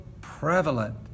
prevalent